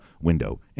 Window